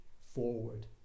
forward